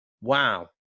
wow